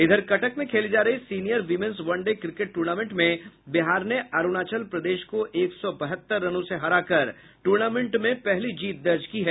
इधर कटक में खेली जा रही senior women's one day cricket tournament में बिहार ने अरूणाचल प्रदेश को एक सौ बहत्तर रनों से हराकर टूर्नामेंट में पहली जीत दर्ज की है